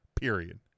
period